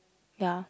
ya